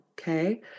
Okay